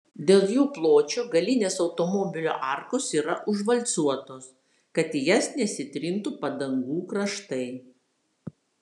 dėl jų pločio galinės automobilio arkos yra užvalcuotos kad į jas nesitrintų padangų kraštai